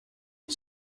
and